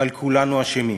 אבל כולנו אשמים.